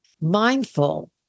mindful